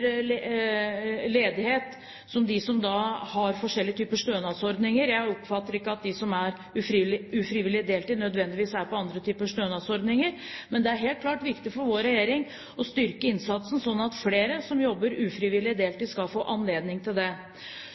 ledighet som dem som har forskjellige typer stønadsordninger. Jeg oppfatter ikke at de som har ufrivillig deltid, nødvendigvis er på andre typer stønadsordninger. Men det er helt klart viktig for vår regjering å styrke innsatsen, slik at flere som jobber ufrivillig deltid, skal få anledning til